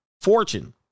Fortune